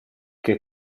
che